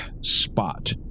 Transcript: spot